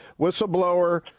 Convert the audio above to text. Whistleblower